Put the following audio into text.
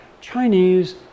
Chinese